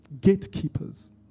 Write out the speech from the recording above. gatekeepers